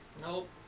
Nope